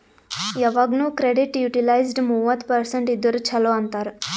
ಯವಾಗ್ನು credit utilised ಮೂವತ್ತ percent ಇದ್ದುರ ಛಲೋ ಅಂತಾರ್